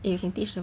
you can teach them